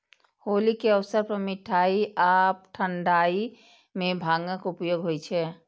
होली के अवसर पर मिठाइ आ ठंढाइ मे भांगक उपयोग होइ छै